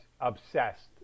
obsessed